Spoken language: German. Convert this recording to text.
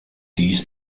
dies